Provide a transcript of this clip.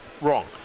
Wrong